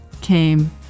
came